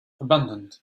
abandoned